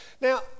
Now